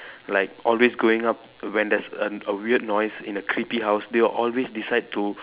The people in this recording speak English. like always going up when there's a a weird noise in a creepy house they'll always decide to